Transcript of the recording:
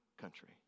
country